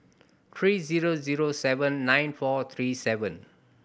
three zero zero seven nine four three seven